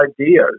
ideas